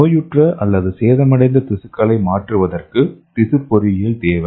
நோயுற்ற அல்லது சேதமடைந்த திசுக்களை மாற்றுவதற்கு திசு பொறியியல் தேவை